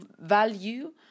value